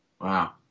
Wow